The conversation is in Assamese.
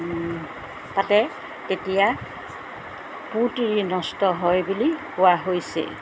পাতে তেতিয়া পু তিৰী নষ্ট হয় বুলি কোৱা হৈছে